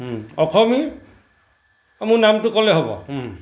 অসমী অঁ মোৰ নামটো ক'লে হ'ব